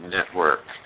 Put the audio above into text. Network